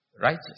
righteous